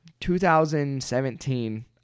2017